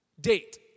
Date